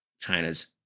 China's